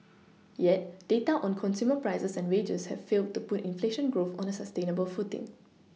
yet data on consumer prices and wages have failed to put inflation growth on a sustainable footing